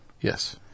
Yes